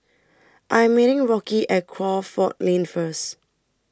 I'm meeting Rocky At Crawford Lane First